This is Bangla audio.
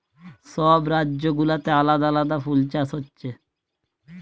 সব রাজ্য গুলাতে আলাদা আলাদা ফুল চাষ হচ্ছে